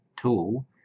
tool